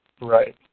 right